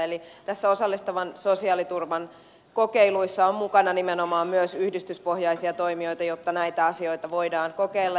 eli tässä osallistavan sosiaaliturvan kokeiluissa on mukana nimenomaan myös yhdistyspohjaisia toimijoita jotta näitä asioita voidaan kokeilla